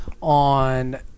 On